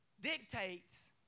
dictates